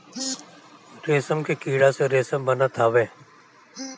रेशम के कीड़ा से रेशम बनत हवे